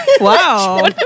Wow